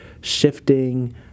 shifting